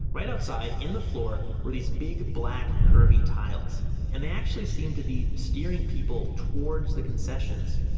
right outside in the floor were these big black curvy tiles and they actually seemed to be steering people towards the concessions.